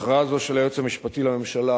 הכרעה זו של היועץ המשפטי לממשלה